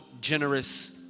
generous